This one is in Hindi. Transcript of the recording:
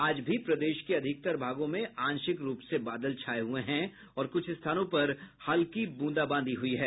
आज भी प्रदेश के अधिकतर भागों में आंशिक रूप से बादल छाये हुये हैं और कुछ स्थानों पर हल्की ब्रंदाबादी हुई है